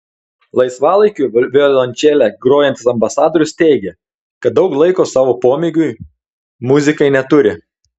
laisvalaikiu violončele grojantis ambasadorius teigė kad daug laiko savo pomėgiui muzikai neturi